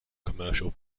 commercial